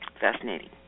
Fascinating